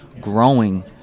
growing